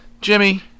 Jimmy